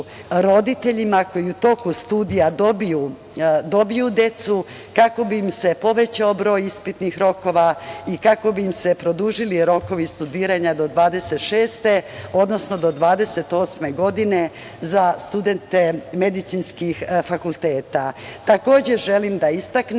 roditeljima koji u toku studija dobiju decu kako bi im se povećao broj ispitnih rokova i kako bi ima se produžili rokovi studiranja do 26 godine, odnosno do 28 godine, za studente medicinskih fakulteta. Takođe, želim da istaknem